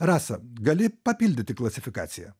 rasa gali papildyti klasifikaciją